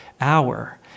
hour